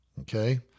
okay